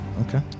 Okay